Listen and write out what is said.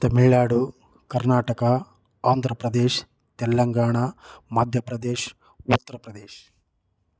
Tamil Nadu Karnataka Andhra Pradesh Telangana Madhya Pradesh Uttar Pradesh